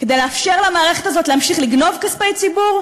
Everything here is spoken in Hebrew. כדי לאפשר למערכת הזאת להמשיך לגנוב כספי ציבור,